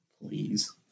Please